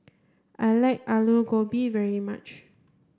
I like Alu Gobi very much